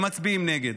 הם מצביעים נגד.